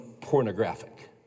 pornographic